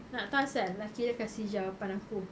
nak tahu asal laki dia kasih jawapan aku